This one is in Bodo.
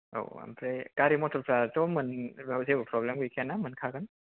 औ ओमफ्राय गारि मथरफ्राथ' मोन जेबो फ्रब्लेम गैखाया ना मोनखागोन